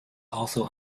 also